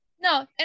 no